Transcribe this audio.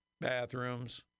Bathrooms